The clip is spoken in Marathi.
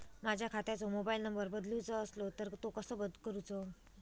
माझ्या खात्याचो मोबाईल नंबर बदलुचो असलो तर तो कसो करूचो?